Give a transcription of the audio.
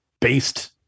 based